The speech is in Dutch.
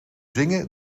zingen